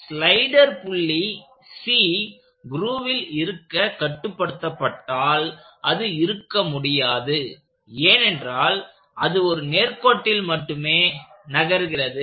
slider புள்ளி C க்ரூவில் இருக்க கட்டுப்படுத்தப்பட்டால் அது இருக்க முடியாது ஏனென்றால் அது ஒரு நேர்கோட்டில் மட்டுமே நகர்கிறது